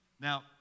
Now